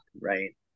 right